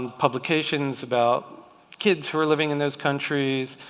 and publications about kids who are living in those countries,